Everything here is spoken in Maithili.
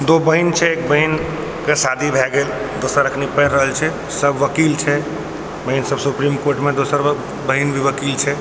दो बहिन छै एक बहिनके शादी भऽ गेल दोसर एखनी पढ़ि रहल छै सब वकील छै बहिन सब सुप्रीम कोर्टमे दोसर बहिन भी वकील छै